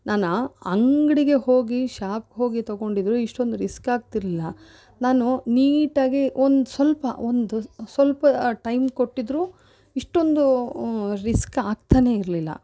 ನಾನು ಆ ಅಂಗಡಿಗೆ ಹೋಗಿ ಶಾಪ್ಗೆ ಹೋಗಿ ತೊಗೊಂಡಿದ್ದರು ಇಷ್ಟೊಂದು ರಿಸ್ಕ್ ಆಗ್ತಿರಲಿಲ್ಲ ನಾನು ನೀಟಾಗಿ ಒಂದು ಸ್ವಲ್ಪ ಒಂದು ಸ್ವಲ್ಪ ಟೈಮ್ ಕೊಟ್ಟಿದ್ದರು ಇಷ್ಟೊಂದು ರಿಸ್ಕ್ ಆಗ್ತಲೇ ಇರಲಿಲ್ಲ